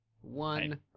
one